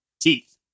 teeth